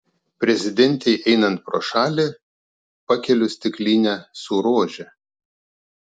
prezidentei einant pro šalį pakeliu stiklinę su rože